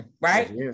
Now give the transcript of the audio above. right